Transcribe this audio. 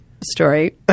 story